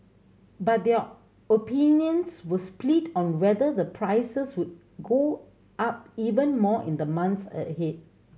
but their opinions were split on whether the prices would go up even more in the months ahead